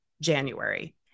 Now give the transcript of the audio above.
January